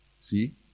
See